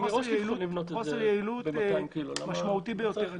זה חוסר יעילות משמעותי ביותר.